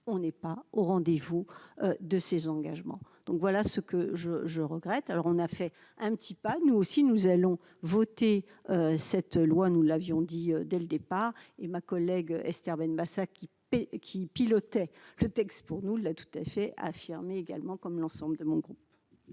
on n'est pas au rendez-vous de ses engagements, donc voilà ce que je, je regrette, alors on a fait un petit pas, nous aussi, nous allons voter cette loi, nous l'avions dit dès le départ et ma collègue, Esther Benbassa, qui paie, qui pilotait le texte pour nous la tout à fait affirmer également comme l'ensemble de mon groupe.